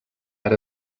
ara